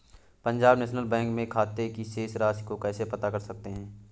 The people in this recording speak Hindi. पंजाब नेशनल बैंक में खाते की शेष राशि को कैसे पता कर सकते हैं?